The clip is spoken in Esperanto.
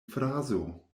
frazo